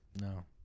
no